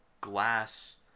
glass